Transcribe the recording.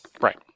right